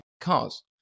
cars